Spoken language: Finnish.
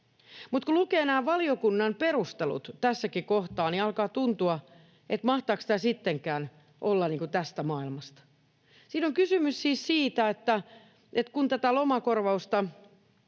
Mutta kun lukee valiokunnan perustelut tässäkin kohtaa, niin alkaa tuntua, mahtaako tämä sittenkään olla tästä maailmasta. Siinä on kysymys siis siitä, että kun lomakorvausta